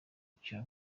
cya